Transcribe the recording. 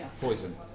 poison